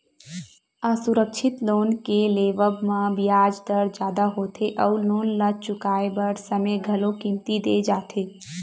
असुरक्छित लोन के लेवब म बियाज दर जादा होथे अउ लोन ल चुकाए बर समे घलो कमती दे जाथे